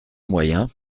moyen